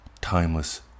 timeless